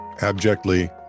abjectly